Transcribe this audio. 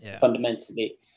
fundamentally